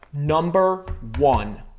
number one.